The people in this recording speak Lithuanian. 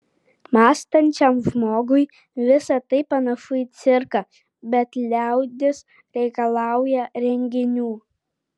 mąstančiam žmogui visa tai panašu į cirką bet liaudis reikalauja reginių